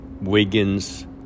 Wiggins